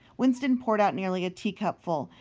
winston poured out nearly a teacupful,